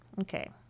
Okay